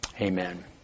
Amen